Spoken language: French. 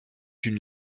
une